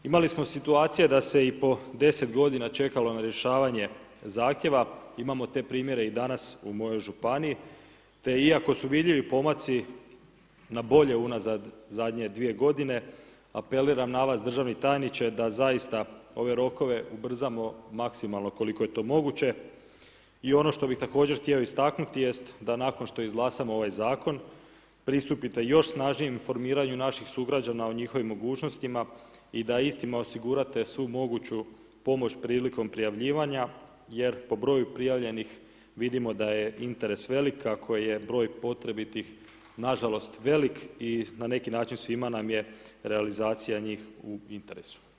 Imali smo situacije da se i po 10 g. čekalo na rješavanje zahtjeva, imamo te primjere i danas u mojoj županiji te iako su vidljivi pomaci na bolje unazad zadnje 2 g., apeliram na vas državni tajniče, da zaista ove rokove ubrzamo maksimalno koliko je to moguće i ono što bi također htio istaknuti jest da nakon što izglasamo ovaj zakon, pristupite još snažnijem formiranju naših sugrađana o njihovom mogućnostima i da istima osigurate svu moguću pomoć prilikom prijavljivanja jer po broju prijavljenih, vidimo da je interes velik ako je broj potrebitih nažalost velik i na neki način svima nam je realizacija njih u interesu.